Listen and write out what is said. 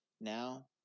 Now